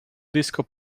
disco